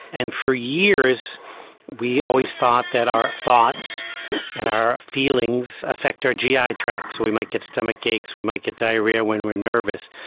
and for years we always thought that our thoughts and our feelings affect our gi tract, so we might get stomach aches, we might get diarrhoea when we are nervous.